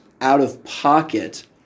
out-of-pocket